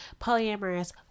polyamorous